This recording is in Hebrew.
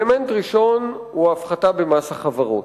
האלמנט הראשון הוא הפחתה במס החברות.